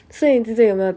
所以你最近有没有